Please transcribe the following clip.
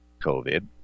COVID